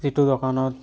যিটো দোকানত